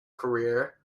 career